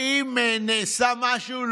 האם נעשה משהו?